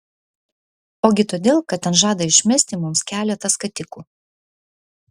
ogi todėl kad ten žada išmesti mums keletą skatikų